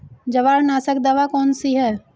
जवारनाशक दवा कौन सी है?